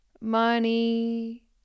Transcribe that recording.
money